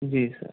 जी sir